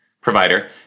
provider